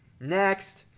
Next